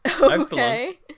Okay